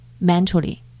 mentally